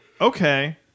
okay